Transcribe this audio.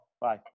Bye